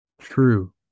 True